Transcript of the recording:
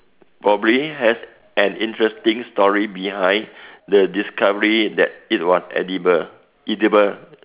probably has an interesting story behind the discovery that it was edible edible